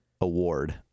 Award